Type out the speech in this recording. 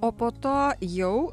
o po to jau